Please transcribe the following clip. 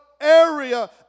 area